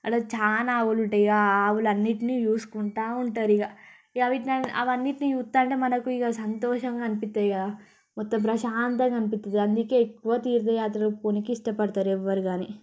ఆడ చాలా ఆవులుంటాయి ఇక ఆవులన్నింటినీ చూసుకుంటూ ఉంటారు ఇక వీటిని వాటన్నింటినీ చూస్తూంటే మనకు ఇక సంతోషంగా అనిపిస్తాయి కదా మొత్తం ప్రశాంతంగా అనిపిస్తుంది అందుకే ఎక్కువ తీర్థయాత్రలకి పోనీకి ఇష్టపడతారు ఎవ్వరు కానీ